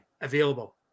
available